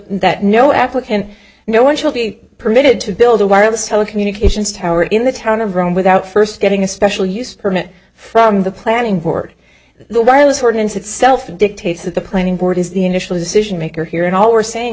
applicant no one shall be permitted to build a wireless telecommunications tower in the town of rome without first getting a special use permit from the planning board the wireless ordinance itself dictates that the planning board is the initial decision maker here and all we're saying